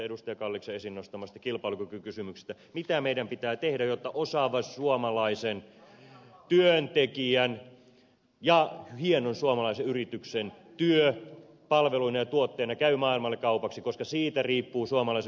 kalliksen esiin nostamasta kilpailukykykysymyksestä mitä meidän pitää tehdä jotta osaavan suomalaisen työntekijän ja hienon suomalaisen yrityksen työ palveluina ja tuotteina käy maailmalle kaupaksi koska siitä riippuu suomalaisen hyvinvointiyhteiskunnan tulevaisuus